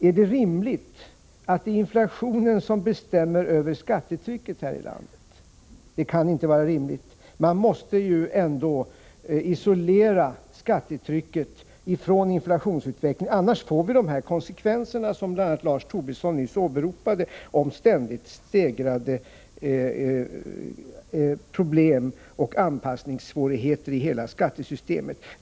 Är det rimligt att inflationen bestämmer över skattetrycket här i landet? Det kan inte vara rimligt. Man måste ändå isolera skattetrycket från inflationsutvecklingen, annars får vi de konsekvenser som bl.a. Lars Tobisson nyss åberopade, nämligen ständigt stegrade problem och anpassningssvårigheter i hela skattesystemet.